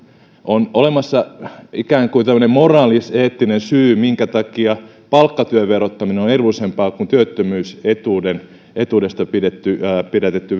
on olemassa ikään kuin tämmöinen moraalis eettinen syy minkä takia palkkatyön verottaminen on edullisempaa kuin työttömyysetuudesta pidätetty pidätetty